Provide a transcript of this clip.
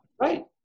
Right